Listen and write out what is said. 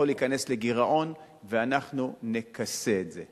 יכול להיכנס לגירעון, ואנחנו נכסה את זה.